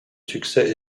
succès